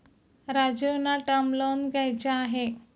राजीवना term loan घ्यायचे आहे